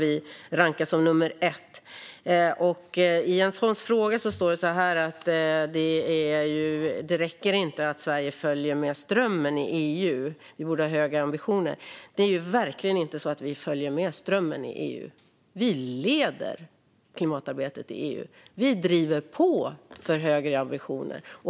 I Jens Holms fråga sa han att det inte räcker att Sverige följer med strömmen i EU och att vi borde ha högre ambitioner. Det är ju verkligen inte så att vi följer med strömmen i EU! Vi leder klimatarbetet i EU, och vi driver på för högre ambitioner.